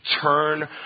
turn